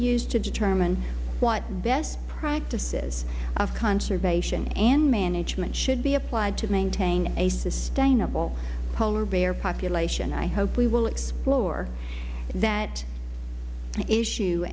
used to determine what best practices of conservation and management should be applied to maintain a sustainable polar bear population i hope we will explore that issue